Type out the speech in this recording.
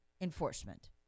enforcement